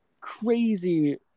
crazy